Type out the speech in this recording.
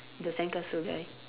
the sandcastle guy